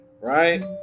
Right